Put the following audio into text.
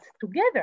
together